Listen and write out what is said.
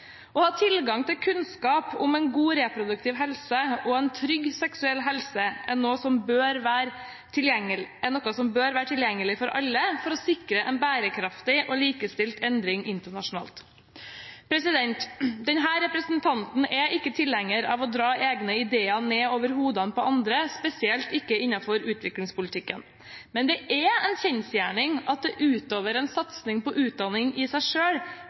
Kunnskap om en god reproduktiv helse og en trygg seksuell helse er noe som bør være tilgjengelig for alle for å sikre en bærekraftig og likestilt endring internasjonalt. Denne representanten er ikke tilhenger av å dra egne ideer ned over hodene på andre, spesielt ikke innenfor utviklingspolitikken. Men det er en kjensgjerning at det utover en satsing på utdanning i seg